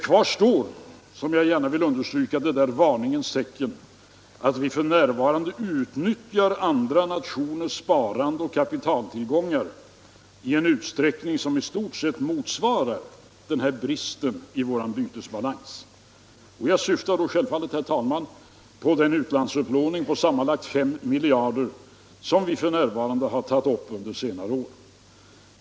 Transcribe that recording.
Kvar står, vilket jag gärna vill understryka, varningens tecken att vi f. n. utnyttjar andra nationers sparande och kapitaltillgångar i en utsträckning som i stort sett motsvarar bristen i vår bytesbalans. Jag syftar då självfallet, herr talman, på den utlandsupplåning av sammanlagt 5 miljarder, som vi tagit upp under senare år.